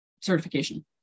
certification